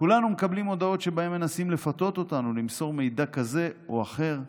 כולנו מקבלים הודעות שבהן מנסים לפתות אותנו למסור מידע כזה או אחר,